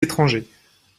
étrangers